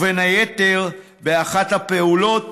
ובאחת הפעולות,